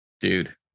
dude